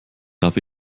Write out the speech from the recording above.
darf